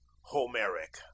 homeric